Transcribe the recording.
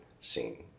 scene